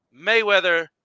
Mayweather